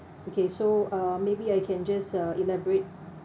okay so uh maybe I can just uh elaborate